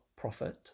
profit